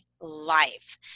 life